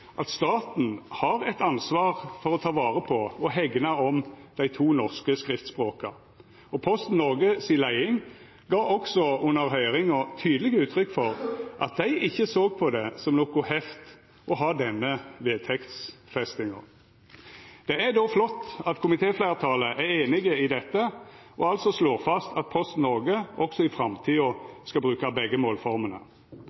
at staten har eit ansvar for å ta vare på og hegna om dei to norske skriftspråka, og Posten Norge si leiing gav også under høyringa tydeleg uttrykk for at dei ikkje såg på det som noko heft å ha denne vedtektsfestinga. Det er då flott at komitéfleirtalet er einig i dette og altså slår fast at Posten Norge også i